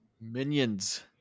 Minions